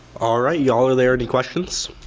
alright, ya'll are there any questions?